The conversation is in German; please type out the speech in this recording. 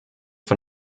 von